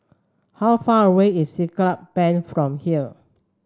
how far away is Siglap Bank from here